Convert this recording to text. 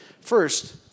First